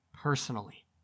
personally